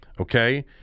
okay